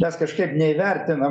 mes kažkiek neįvertinam